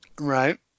Right